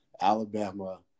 alabama